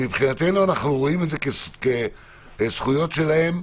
שמבחינתנו אנחנו רואים את זה כזכויות שלהם,